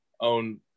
own